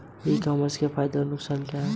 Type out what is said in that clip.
ई commerce के फायदे और नुकसान क्या हैं?